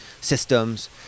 systems